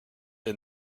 est